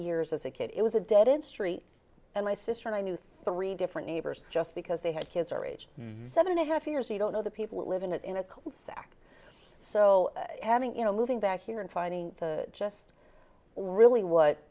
years as a kid it was a dead end street and my sister and i knew three different neighbors just because they had kids our age seven and a half years you don't know the people who live in it in a sack so having you know moving back here and finding just really what